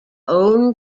own